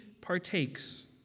partakes